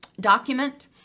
document